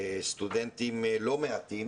סטודנטים לא מעטים